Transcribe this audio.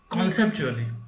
Conceptually